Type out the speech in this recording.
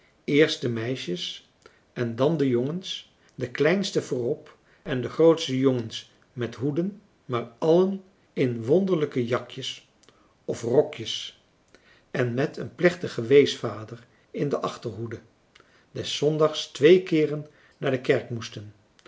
de meisjes en dan de jongens de kleinsten voorop en de grootste jongens met hoeden maar allen in wonderlijke jakjes of rokjes en met een plechtigen weesvader in de achterhoede des zondags twee keeren naar de kerk moesten